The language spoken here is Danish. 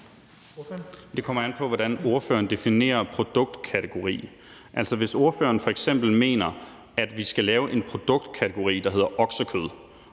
Det kommer an på, hvordan fru Marie Bjerre definerer produktkategori. Hvis fru Marie Bjerre f.eks. mener, at vi skal lave en produktkategori, der hedder oksekød,